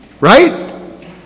Right